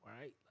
right